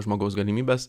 žmogaus galimybes